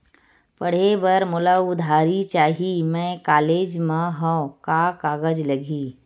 पढ़े बर मोला उधारी चाही मैं कॉलेज मा हव, का कागज लगही?